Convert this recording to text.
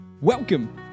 welcome